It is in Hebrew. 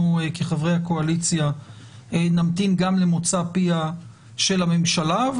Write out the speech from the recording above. כחברי הקואליציה נמתין גם למוצא פיה של הממשלה,